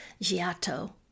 Giotto